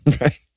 Right